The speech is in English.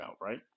right